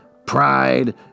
Pride